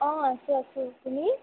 অঁ আছো আছো তুমি